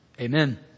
Amen